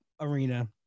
arena